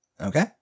Okay